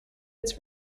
its